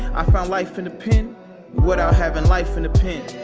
i found life in the pen without having life in the pen